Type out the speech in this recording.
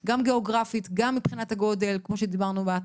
גיאוגרפית, גודל וכולי.